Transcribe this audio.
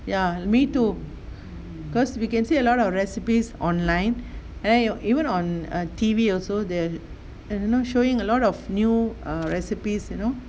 ya me too cause we can see a lot of recipes online and then even on err T_V also they have you know showing a lot of new err recipes you know